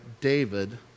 David